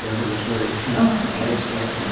and how much money fees, ah how much they had to